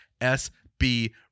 S-B